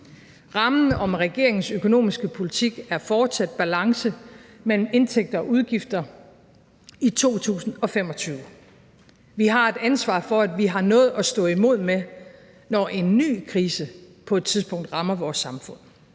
Rammen om regeringens økonomiske politik er fortsat balance mellem indtægter og udgifter i 2025. Vi har et ansvar for, at vi har noget at stå imod med, når en ny krise på et tidspunkt rammer vores samfund.